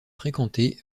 fréquentée